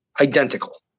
identical